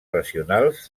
racionals